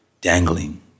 dangling